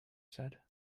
said